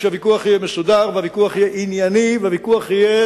שהוויכוח יהיה מסודר והוויכוח יהיה ענייני והוויכוח יהיה